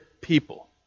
people